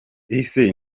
ese